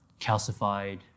calcified